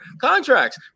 contracts